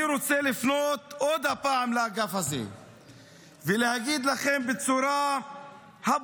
אני רוצה לפנות עוד פעם לאגף הזה ולהגיד לכם בצורה הברורה,